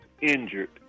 injured